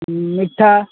ମିଠା